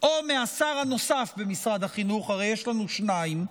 או מהשר הנוסף במשרד החינוך, הרי יש לנו שניים,